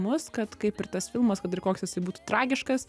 mus kad kaip ir tas filmas kad ir koks jisai būtų tragiškas